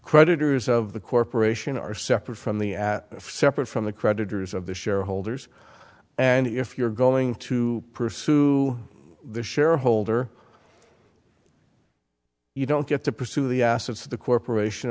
creditors of the corporation are separate from the at separate from the creditors of the shareholders and if you're going to pursue the shareholder you don't get to pursue the assets of the corporation